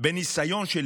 הכי קל זה למצוא בעיות.